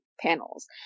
panels